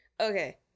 Okay